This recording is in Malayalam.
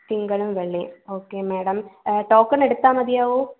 തിങ്കളും വെള്ളിയും ഓക്കേ മാഡം ടോക്കൺ എടുത്താൽ മതിയാകുമോ